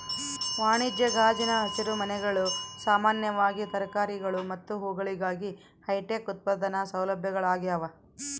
ವಾಣಿಜ್ಯ ಗಾಜಿನ ಹಸಿರುಮನೆಗಳು ಸಾಮಾನ್ಯವಾಗಿ ತರಕಾರಿಗಳು ಮತ್ತು ಹೂವುಗಳಿಗಾಗಿ ಹೈಟೆಕ್ ಉತ್ಪಾದನಾ ಸೌಲಭ್ಯಗಳಾಗ್ಯವ